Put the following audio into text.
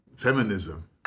feminism